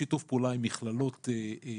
שיתוף פעולה עם מכללות להנדסה.